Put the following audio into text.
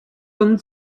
东部